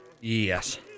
Yes